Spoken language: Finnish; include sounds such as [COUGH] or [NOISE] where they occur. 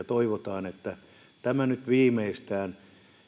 [UNINTELLIGIBLE] toivotaan että tämä nyt viimeistään